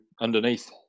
underneath